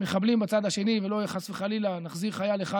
מחבלים בצד השני ולא חס וחלילה נחזיר חייל אחד